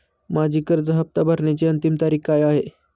माझी कर्ज हफ्ता भरण्याची अंतिम तारीख काय आहे?